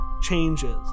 changes